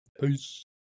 Peace